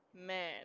man